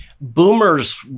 boomers